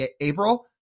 April